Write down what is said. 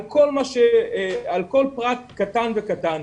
על כל פרט קטן וקטן,